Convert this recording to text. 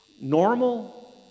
normal